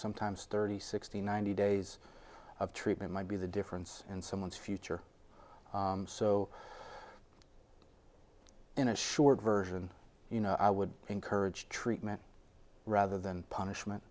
sometimes thirty sixty ninety days of treatment might be the difference in someone's future so in a short version you know i would encourage treatment rather than punishment